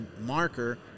marker